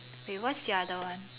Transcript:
wait what's the other one